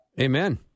Amen